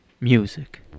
Music